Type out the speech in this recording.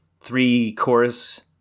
three-chorus